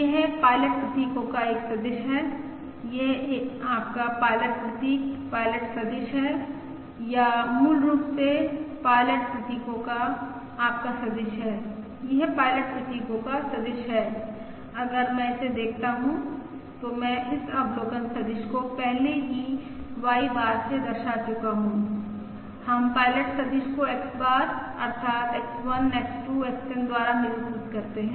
यह पायलट प्रतीकों का एक सदिश है यह आपका पायलट प्रतीक पायलट सदिश है या यह मूल रूप से पायलट प्रतीकों का आपका सदिश है यह पायलट प्रतीकों का सदिश है अगर मैं इसे देखता हूं तो मैं इस अवलोकन सदिश को पहले ही Y बार से दर्शा चुका हूं हम पायलट सदिश को X बार अर्थात् X1X 2 XN द्वारा निरूपित करते हैं